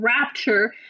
rapture